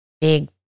big